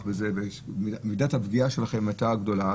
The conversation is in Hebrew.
וזה כשמידת הפגיעה בכם הייתה גדולה.